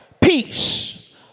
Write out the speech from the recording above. peace